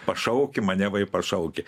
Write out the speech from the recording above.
pašauki mane vai pašauki